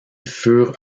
furent